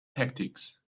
tactics